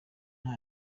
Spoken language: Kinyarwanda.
nta